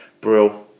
Brill